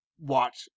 Watch